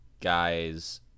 guy's